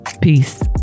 Peace